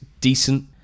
decent